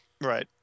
right